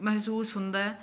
ਮਹਿਸੂਸ ਹੁੰਦਾ ਹੈ